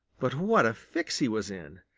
but what a fix he was in!